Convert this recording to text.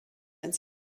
ins